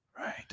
Right